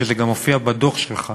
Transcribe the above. שזה גם הופיע בדוח שלך,